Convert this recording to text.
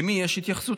למי יש התייחסות?